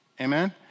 Amen